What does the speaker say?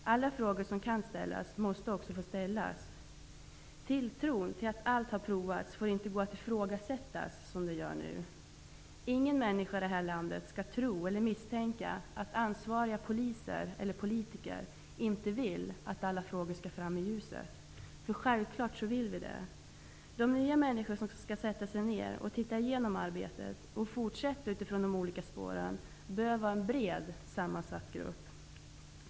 Alla frågor som kan ställas måste också ställas. Tilltron till att allt har provats får inte ifrågasättas så som nu görs. Ingen människa i det här landet skall tro eller misstänka att ansvariga poliser eller politiker inte vill att alla frågor skall fram i ljuset. Det är självklart att vi vill det. Den nya grupp som skall sätta sig ner och titta igenom arbetet och fortsätta utifrån de olika spåren bör vara brett sammansatt.